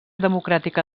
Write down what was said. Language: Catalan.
democràtica